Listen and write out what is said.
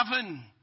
heaven